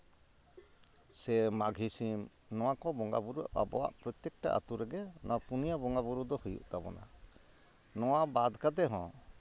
ᱥᱮ ᱢᱟᱜᱷᱤ ᱥᱤᱢ ᱱᱚᱣᱟ ᱠᱚ ᱵᱚᱸᱜᱟ ᱵᱳᱨᱳ ᱟᱵᱚᱣᱟᱜ ᱯᱨᱚᱛᱛᱮᱠᱴᱤ ᱟᱛᱳ ᱨᱮᱜᱮ ᱚᱱᱟ ᱯᱩᱱᱭᱟᱹ ᱵᱚᱸᱜᱟ ᱵᱳᱨᱳ ᱫᱚ ᱦᱭᱜ ᱛᱟᱵᱚᱱᱟ ᱱᱚᱣᱟ ᱵᱟᱫ ᱠᱟᱛᱮ ᱦᱚᱸ